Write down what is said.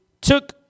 took